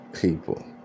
people